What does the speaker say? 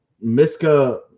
Miska